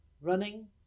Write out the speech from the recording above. running